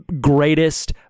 greatest